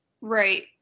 right